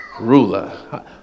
ruler